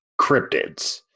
cryptids